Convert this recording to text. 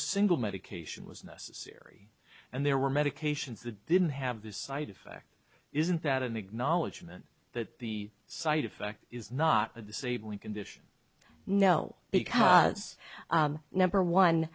single medication was necessary and there were medications that didn't have this side effect isn't that an acknowledgement that the side effect is not a disabling condition no because number one